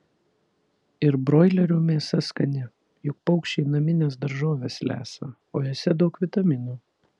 ir broilerių mėsa skani juk paukščiai namines daržoves lesa o jose daug vitaminų